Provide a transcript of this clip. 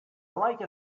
like